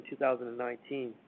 2019